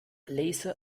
laser